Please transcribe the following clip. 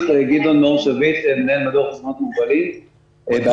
מנהל מדור חשבונות מוגבלים.